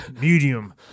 medium